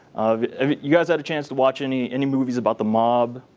um if you guys had a chance to watch any any movies about the mob,